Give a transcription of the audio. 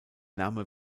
namen